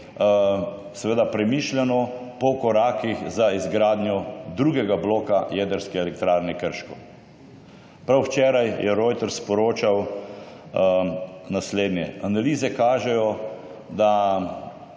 seveda premišljeno, po korakih z izgradnjo drugega bloka jedrske elektrarne Krško. Prav včeraj je Reuters sporočal naslednje. Analize kažejo, da